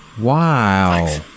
Wow